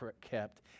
kept